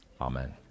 Amen